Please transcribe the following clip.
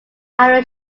outer